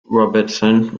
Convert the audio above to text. robertson